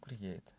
create